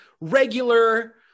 regular